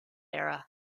era